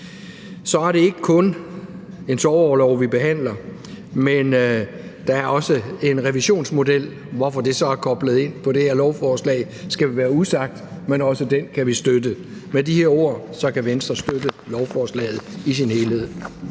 Det er ikke kun sorgorlov, vi behandler, for forslaget omhandler også en revisionsmodel. Hvorfor det så er koblet ind på det her lovforslag, skal være usagt – men også det kan vi støtte. Med de her ord kan Venstre støtte lovforslaget i sin helhed.